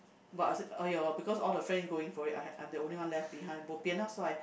but I said !aiyo! because all the friend going for it I have I'm the only left behind bo pian hor so I